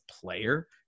player